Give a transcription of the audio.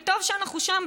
וטוב שאנחנו שם,